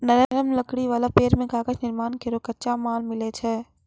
नरम लकड़ी वाला पेड़ सें कागज निर्माण केरो कच्चा माल मिलै छै